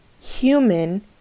Human